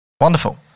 Wonderful